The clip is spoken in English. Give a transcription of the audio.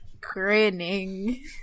grinning